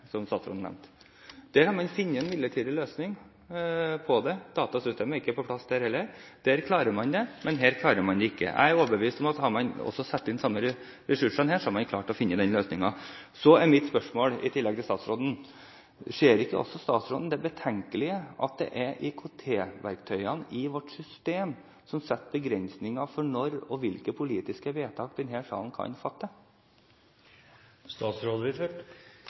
klarer man det ikke. Jeg er overbevist om at hadde man satt inn de samme ressursene også her, hadde man klart å finne den løsningen. Så er mitt tilleggsspørsmål til statsråden: Ser ikke statsråden det betenkelige i at det er IKT-verktøyene i vårt system som setter begrensninger for når og hvilke politiske vedtak denne salen kan fatte? Det er slik også med andre systemer. Vi har vedtatt en stor uførereform. Den kommer til å få store konsekvenser for mange menneskers liv, hvor de i større grad enn i dag kan